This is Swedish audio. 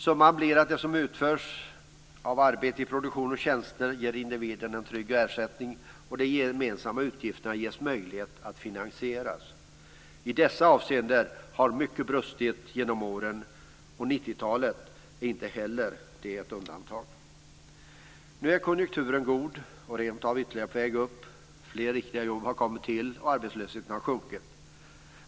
Summan blir att det arbete som utförs i form av produktion av varor och tjänster ger individen en trygg ersättning, och de gemensamma utgifterna blir möjliga att finansiera. I dessa avseenden har mycket brustit genom åren, och 90-talet är inget undantag. Nu är konjunkturen god och rentav ytterligare på väg upp. Fler riktiga jobb har kommit till, och arbetslösheten har sjunkit.